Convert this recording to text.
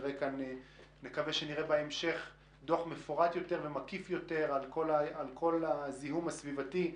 ונקווה שנראה בהמשך דוח מפורט יותר ומקיף יותר על כל הזיהום הסביבתי.